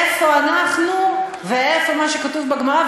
איפה אנחנו ואיפה מה שכתוב בגמרא,